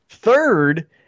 Third